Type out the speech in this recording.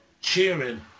cheering